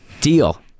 deal